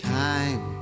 time